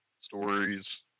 stories